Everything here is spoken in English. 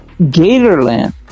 Gatorland